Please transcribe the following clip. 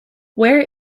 where